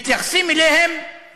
מתייחסים אליהם